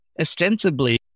ostensibly